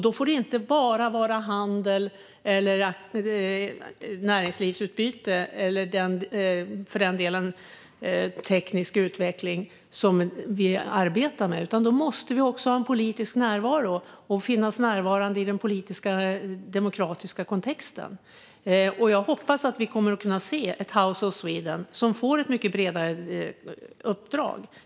Då får det inte bara vara handel, näringslivsutbyte eller för den delen teknisk utveckling som vi arbetar med, utan då måste vi också ha en politisk närvaro och finnas närvarande i den demokratiska kontexten. Jag hoppas att vi kommer att kunna se ett House of Sweden som får ett mycket bredare uppdrag.